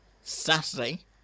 Saturday